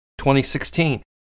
2016